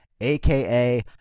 aka